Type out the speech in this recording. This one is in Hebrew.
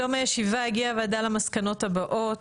בתום הישיבה הגיעה הוועדה למסקנות הבאות.